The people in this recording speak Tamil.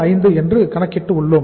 65 என்று கணக்கிட்டு உள்ளோம்